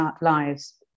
lives